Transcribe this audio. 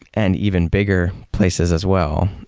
and even bigger places as well,